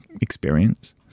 experience